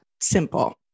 simple